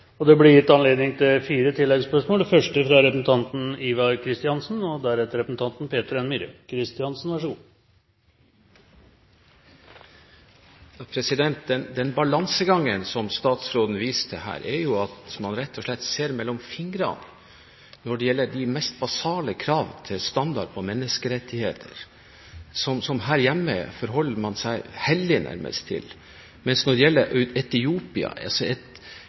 Det blir fire oppfølgingsspørsmål – først Ivar Kristiansen. Den balansegangen statsråden viste her, er jo at man rett og slett ser gjennom fingrene med de mest basale krav til standard for menneskerettigheter – noe man her hjemme forholder seg til som om de nærmest var hellige. Men når det gjelder Etiopia – et terrorregime som er